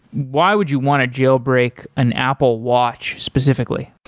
why would you want to jailbreak an apple watch specifically?